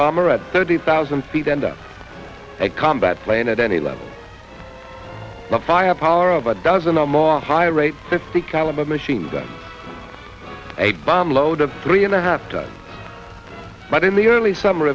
bomber at thirty thousand feet into a combat plane at any level the firepower of a dozen or more high rate fifty caliber machine gun a bomb load of three and a half but in the early summer